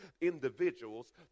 individuals